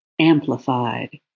amplified